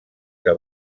que